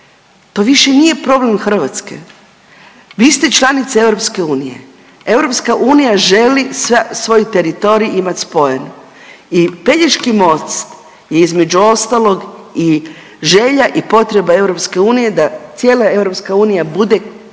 to više nije problem Hrvatske, vi ste članica EU, EU želi svoj teritorij imat spojen i Pelješki most je između ostalog i želja i potreba EU da cijela EU bude putem